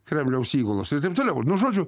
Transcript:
kremliaus įgulos ir taip toliau nu žodžiu